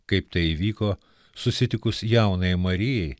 kaip tai įvyko susitikus jaunajai marijai